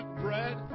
bread